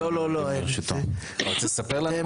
בכנסת אמרתי נדמה